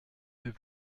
peut